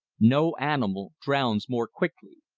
no animal drowns more quickly.